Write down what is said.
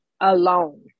alone